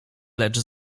lecz